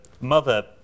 mother